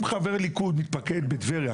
אם חבר ליכוד מתפקד בטבריה,